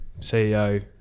CEO